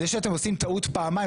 זה שאתם עושים טעות פעמיים,